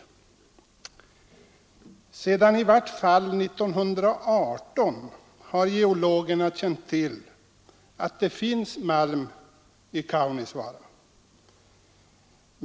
Sedan i varje fall 1918 har geologerna känt till att det finns malm i Kaunisvaara.